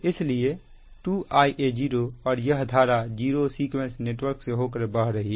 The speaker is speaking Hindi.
इसलिए 2Ia0 और यह धारा जीरो सीक्वेंस नेटवर्क से होकर बह रही है